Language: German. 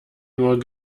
nur